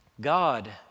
God